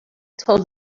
told